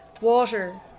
Water